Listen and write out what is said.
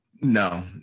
no